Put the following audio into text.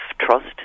trust